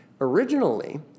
Originally